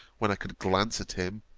when i could glance at him,